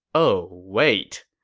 oh wait,